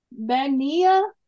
Magnia